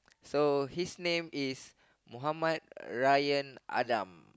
so his name is Mohammad Ryan Adam